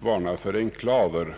varnade för enklaver.